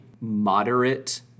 moderate